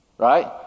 Right